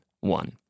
one